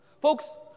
Folks